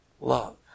love